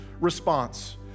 response